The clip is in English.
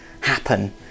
happen